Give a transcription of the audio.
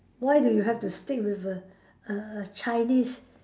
why do you have to stick with a a a Chinese